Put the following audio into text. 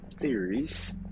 Theories